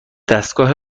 دستگاه